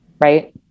right